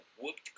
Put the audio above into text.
whooped